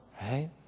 Right